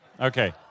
Okay